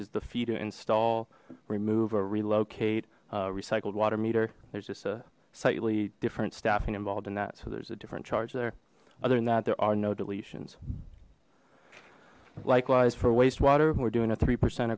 is the fee to install remove or relocate recycled water meter there's just a slightly different staffing involved in that so there's a different charge there other than that there are no deletions likewise for wastewater we're doing a three percent